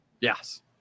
yes